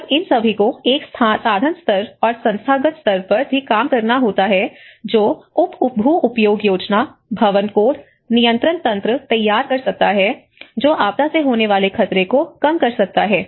जब इन सभी को एक साधन स्तर और संस्थागत स्तर पर भी काम करना होता है जो भू उपयोग योजना भवन कोड नियंत्रण तंत्र तैयार कर सकता है जो आपदा से होने वाले खतरे को कम कर सकता है